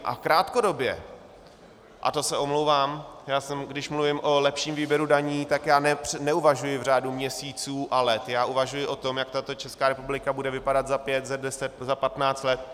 A krátkodobě, a to se omlouvám, když mluvím o lepším výběru daní, tak já neuvažuji v řádu měsíců a let, já uvažuji o tom, jak tato Česká republika bude vypadat za pět, za deset, za patnáct let.